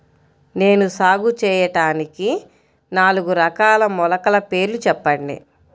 నేను సాగు చేయటానికి నాలుగు రకాల మొలకల పేర్లు చెప్పండి?